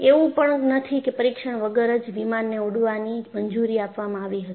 એવું પણ નથી કે પરીક્ષણ વગર જ વિમાનને ઉડવાની મંજૂરી આપવામાં આવી હતી